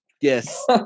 Yes